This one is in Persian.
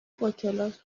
باکلاس